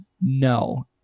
no